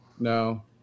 No